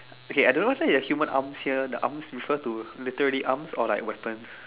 okay I don't whether the human arms here the arms refer to literally arms or like weapons